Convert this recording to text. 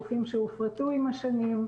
גופים שהופרטו עם השנים.